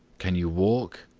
can you walk?